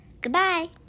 Goodbye